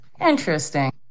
Interesting